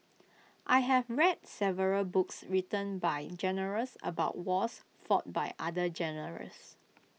I have read several books written by generals about wars fought by other generals